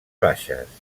baixes